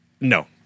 No